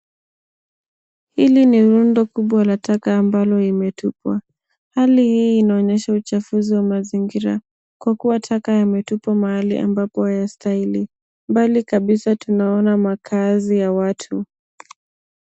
Hili ni rundo kubwa la taka ambalo imetupwa. Hali hii inaonyesha uchafuzi wa mazingira kwa kuwa taka yametupwa mahali ambapo hayastahili. Mbali kabisa tunaona makaazi ya watu.